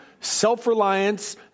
self-reliance